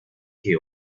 que